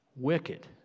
Wicked